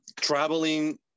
traveling